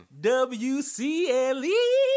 W-C-L-E